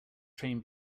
train